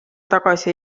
tagasi